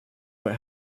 what